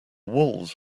walls